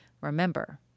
remember